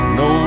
no